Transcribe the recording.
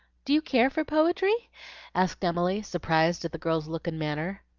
do you care for poetry asked emily, surprised at the girl's look and manner.